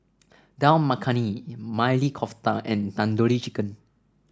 Dal Makhani Maili Kofta and Tandoori Chicken